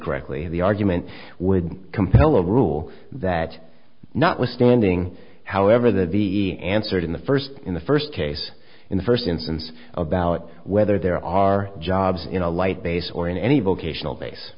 correctly the argument would compel a rule that notwithstanding however that the answered in the first in the first case in the first instance about whether there are jobs in a light base or in any vocational base